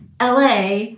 LA